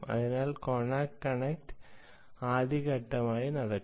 അതിനാൽ കൊണാക്ക് കണക്റ്റ് ആദ്യ ഘട്ടമായി നടക്കും